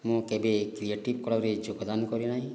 ମୁଁ କେବେ କ୍ରିଏଟିଭ୍ କଳାରେ ଯୋଗଦାନ କରିନାହିଁ